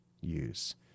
use